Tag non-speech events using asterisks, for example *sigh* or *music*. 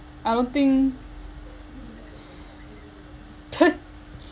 I don't think *laughs*